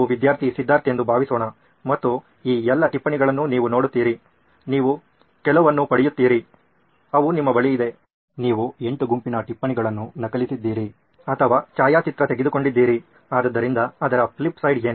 ನೀವು ವಿದ್ಯಾರ್ಥಿ ಸಿದ್ಧಾರ್ಥ್ ಎಂದು ಭಾವಿಸೋಣ ಮತ್ತು ಈ ಎಲ್ಲಾ ಟಿಪ್ಪಣಿಗಳನ್ನು ನೀವು ನೋಡುತ್ತೀರಿ ನೀವು ಕೆಲವನ್ನು ಪಡೆಯುತ್ತೀರಿ ಅವು ನಿಮ್ಮ ಬಳಿ ಇದೆ ನೀವು ಎಂಟು ಗುಂಪಿನ ಟಿಪ್ಪಣಿಗಳನ್ನು ನಕಲಿಸಿದ್ದೀರಿ ಅಥವಾ ಛಾಯಾಚಿತ್ರ ತೆಗೆದುಕೊಂಡಿದ್ದೀರಿ ಆದ್ದರಿಂದ ಅದರ ಫ್ಲಿಪ್ ಸೈಡ್ ಏನು